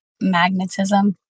magnetism